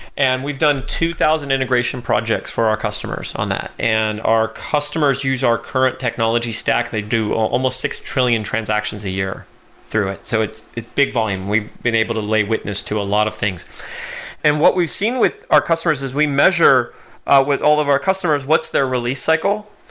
and we've done two thousand integration projects for our customers on that. and our customers customers use our current technology stack. they do almost six trillion transactions a year through it. so it's a big volume. we've been able to lay witness to a lot of things and what we've seen with our customers is we measure with all of our customers what's their release cycle.